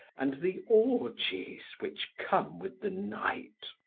and the orgies, which come with the night.